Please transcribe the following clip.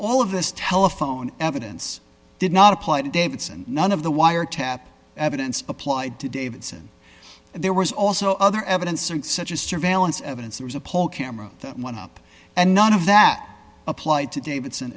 all of this telephone evidence did not apply to davidson none of the wiretap evidence applied to davidson there was also other evidence and such as surveillance evidence there was a poll camera that went up and none of that applied to davidson